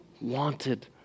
wanted